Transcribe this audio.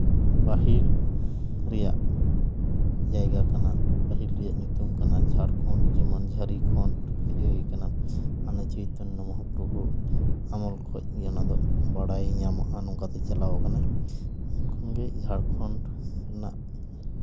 ᱯᱟᱹᱦᱤᱞ ᱨᱮᱭᱟᱜ ᱡᱟᱭᱜᱟ ᱠᱟᱱᱟ ᱯᱟᱹᱦᱤᱞ ᱨᱮᱭᱟᱜ ᱧᱩᱛᱩᱢ ᱠᱟᱱᱟ ᱡᱷᱟᱲᱠᱷᱚᱸᱰ ᱡᱮᱢᱚᱱ ᱡᱷᱟᱹᱨᱤᱠᱷᱚᱸᱰ ᱠᱷᱚᱱ ᱦᱩᱭ ᱠᱟᱱᱟ ᱚᱱᱮ ᱪᱳᱭᱛᱚᱱᱚ ᱢᱚᱦᱟ ᱯᱨᱚᱵᱷᱩ ᱟᱢᱚᱞ ᱠᱷᱚᱡ ᱜᱮ ᱚᱱᱟ ᱫᱚ ᱵᱟᱲᱟᱭ ᱧᱟᱢᱚᱜᱼᱟ ᱱᱚᱝᱠᱟᱛᱮ ᱪᱟᱞᱟᱣ ᱠᱟᱱᱟ ᱩᱱ ᱠᱷᱚᱱᱜᱮ ᱡᱷᱟᱲᱠᱷᱚᱸᱰ ᱨᱮᱱᱟᱜ